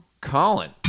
Colin